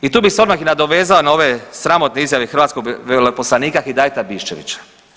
I tu bi se odmah nadovezao i na ove sramotne izjave hrvatskog veleposlanika Hidajeta Bišćevića.